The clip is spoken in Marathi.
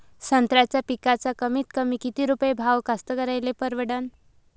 संत्र्याचा पिकाचा कमीतकमी किती रुपये भाव कास्तकाराइले परवडन?